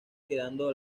quedando